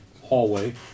hallway